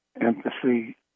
empathy